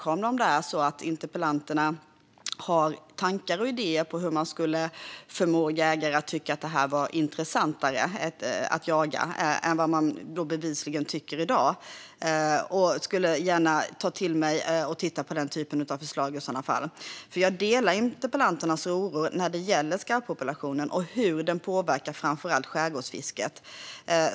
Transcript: Om interpellanterna har tankar och idéer om hur man kan förmå jägare att tycka att det är intressantare att jaga skarv än vad man bevisligen tycker i dag skulle jag välkomna det och i sådana fall titta på den typen av förslag. Jag delar ju interpellanternas oro när det gäller skarvpopulationen och hur den påverkar framför allt skärgårdsfisket.